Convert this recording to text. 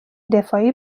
دفاعی